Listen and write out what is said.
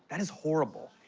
that is horrible.